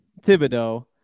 Thibodeau